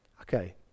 Okay